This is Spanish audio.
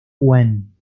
gwen